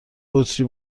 بطری